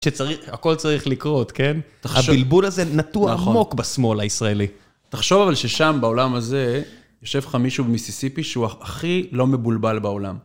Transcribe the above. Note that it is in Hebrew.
שהכל צריך לקרות, כן? הבלבול הזה נטוע עמוק בשמאל הישראלי. תחשוב אבל ששם, בעולם הזה, יושב לך מישהו במיסיסיפי שהוא הכי לא מבולבל בעולם.